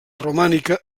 romànica